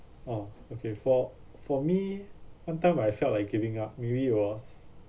oh okay for for me one time I felt like giving up maybe it was